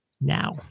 now